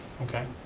okay.